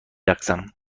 رقصم